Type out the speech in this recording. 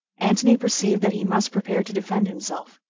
antony perceived that he must prepare to defend himself.